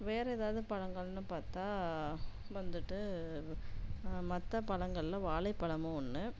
வேறு எதாவது பழங்கள்ன்னு பார்த்தா வந்துவிட்டு மற்ற பழங்கள்ல வாழைப்பழமும் ஒன்று